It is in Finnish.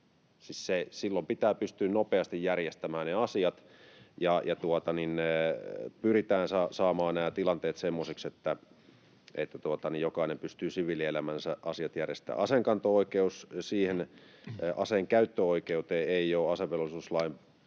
silloin pitää pystyä nopeasti järjestämään ne asiat, mutta pyritään saamaan nämä tilanteet semmoisiksi, että jokainen pystyy siviilielämänsä asiat järjestämään. Aseenkanto-oikeus: siihen aseen käyttöoikeuteen ei ole asevelvollisuuslain